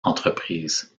entreprise